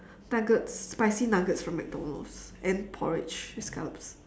nuggets spicy nuggets from mcdonald's and porridge with scallops